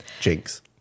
Jinx